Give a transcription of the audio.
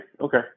Okay